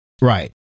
Right